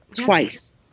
twice